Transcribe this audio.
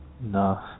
no